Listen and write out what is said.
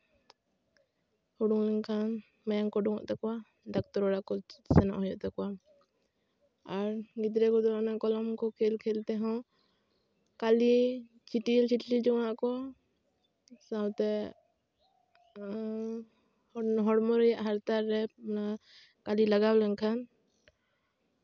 ᱦᱩᱲᱩᱝ ᱞᱮᱱᱠᱷᱟᱱ ᱢᱟᱭᱟᱝ ᱠᱚ ᱩᱰᱩᱝᱚᱜ ᱛᱟᱠᱚᱣᱟ ᱫᱟᱠᱛᱟᱨ ᱚᱲᱟᱜ ᱠᱚ ᱥᱮᱱᱚᱜ ᱦᱩᱭᱩᱜ ᱛᱟᱠᱚᱣᱟ ᱟᱨ ᱜᱤᱫᱽᱨᱟᱹ ᱨᱮᱫᱚ ᱚᱱᱮ ᱠᱚᱞᱚᱢ ᱠᱚ ᱠᱷᱮᱹᱞ ᱠᱷᱮᱹᱞ ᱛᱮᱦᱚᱸ ᱠᱟᱹᱞᱤ ᱪᱤᱴᱭᱟᱹ ᱪᱤᱴᱞᱤ ᱡᱚᱝᱟᱜᱼᱟ ᱠᱚ ᱥᱟᱶᱛᱮ ᱚᱱᱟ ᱦᱚᱲᱢᱚ ᱨᱮᱭᱟᱜ ᱦᱟᱨᱛᱟ ᱨᱮ ᱠᱟᱹᱞᱤ ᱞᱟᱜᱟᱣ ᱞᱮᱱᱠᱷᱟᱱ